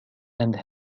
and